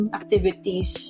activities